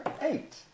eight